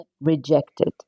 rejected